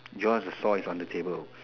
yours is saw is on the table